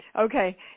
Okay